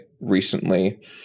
recently